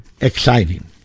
exciting